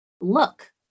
look